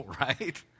right